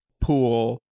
pool